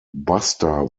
buster